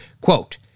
quote